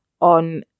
on